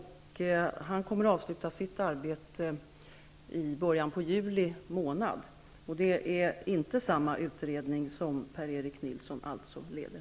Han kommer att avsluta sitt arbete i början av juli månad. Det är inte samma utredning som den som Per-Erik Nilsson leder.